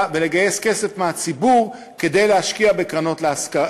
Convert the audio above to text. ולגייס כסף מהציבור כדי להשקיע בדיור להשכרה,